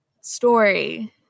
story